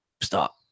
stop